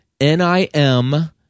N-I-M